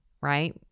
right